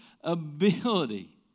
ability